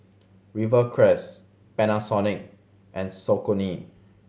Rivercrest Panasonic and Saucony